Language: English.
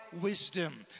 wisdom